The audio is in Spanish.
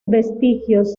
vestigios